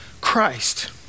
Christ